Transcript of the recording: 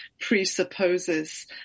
presupposes